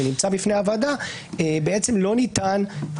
אפשר למחות,